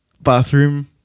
bathroom